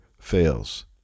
fails